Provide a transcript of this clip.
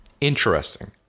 Interesting